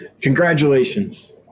congratulations